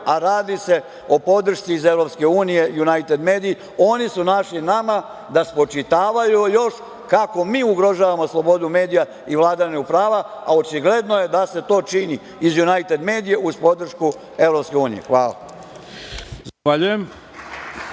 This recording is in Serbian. a radi se o podršci iz EU, Junajted mediji, oni su našli nama da spočitavaju još kako mi ugrožavamo slobodu medija i vladavinu prava, a očigledno je da se to čini iz Junajted medije uz podršku EU. Hvala.